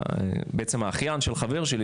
בעצם האחיין של חבר שלי,